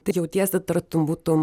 tai jautiesi tartum būtum